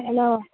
hello